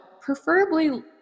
preferably